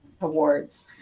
awards